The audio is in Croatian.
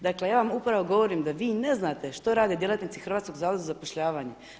Dakle, ja vam upravo govorim da vi ne znate što rade djelatnici Hrvatskog zavoda za zapošljavanje.